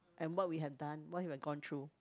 and what we had done what we've gone through